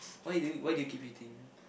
why do you why do you keep hitting me